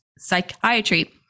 psychiatry